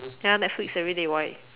ya netflix everyday why